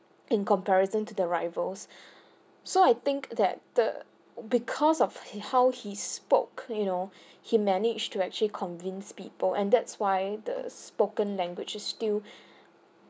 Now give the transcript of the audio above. in comparison to the rivals so I think that the because of how he spoke you know he managed to actually convinced people and that's why the spoken language is still